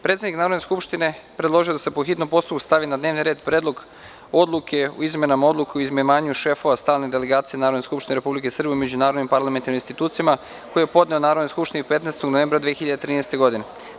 Predsednik Narodne skupštine predložio je da se, po hitnom postupku, stavi na dnevni red Predlog odluke o izmenama Odluke o imenovanju šefova stalnih delegacija Narodne skupštine Republike Srbije u međunarodnim parlamentarnim institucijama, koji je podneo Narodnoj skupštini 15. novembra 2013. godine.